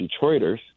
Detroiters